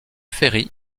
ferry